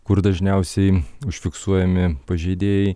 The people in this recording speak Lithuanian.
kur dažniausiai užfiksuojami pažeidėjai